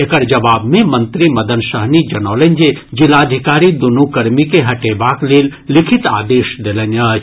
एकर जवाब मे मंत्री मदन सहनी जनौलनि जे जिलाधिकारी दुनु कर्मी के हटेबाक लेल लिखित आदेश देलनि अछि